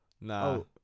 No